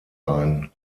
ein